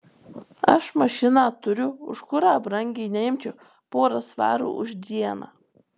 aš mašiną turiu už kurą brangiai neimčiau porą svarų už dieną